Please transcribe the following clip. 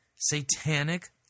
Satanic